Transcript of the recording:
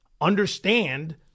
understand